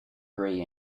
grey